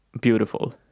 beautiful